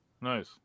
Nice